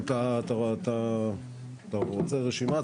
אתה רוצה רשימה?